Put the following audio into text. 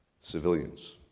Civilians